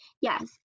Yes